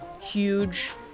Huge